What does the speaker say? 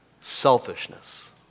selfishness